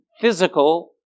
physical